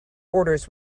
orders